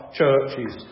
churches